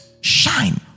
shine